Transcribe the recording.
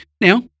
Now